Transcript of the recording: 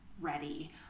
ready